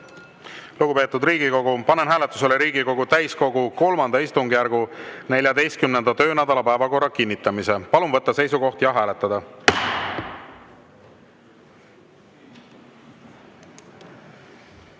Lugupeetud Riigikogu, panen hääletusele Riigikogu täiskogu III istungjärgu 14. töönädala päevakorra kinnitamise. Palun võtta seisukoht ja hääletada!